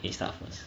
it's toughness